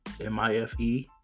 M-I-F-E